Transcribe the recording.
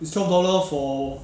it's twelve dollar for